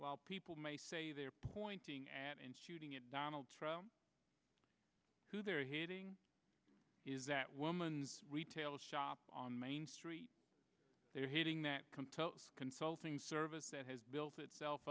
while people may say they're pointing and shooting at donald trump who they're hitting is that woman's retail shop on main street they're hitting that consulting service that has built itself